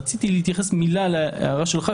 רציתי להתייחס במילה להערה שלך,